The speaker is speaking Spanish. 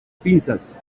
pinzas